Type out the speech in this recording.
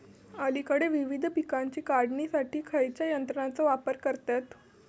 अलीकडे विविध पीकांच्या काढणीसाठी खयाच्या यंत्राचो वापर करतत?